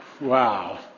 Wow